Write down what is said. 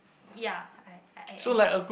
ya I I guess